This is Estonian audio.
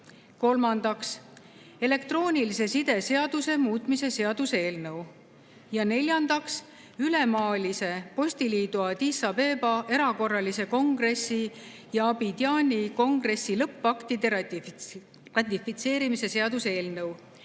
Kolmandaks, elektroonilise side seaduse muutmise seaduse eelnõu. Neljandaks, Ülemaailmse Postiliidu Addis Abeba erakorralise kongressi ja Abidjani kongressi lõppaktide ratifitseerimise seaduse eelnõu.